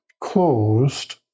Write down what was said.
closed